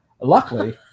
luckily